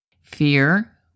Fear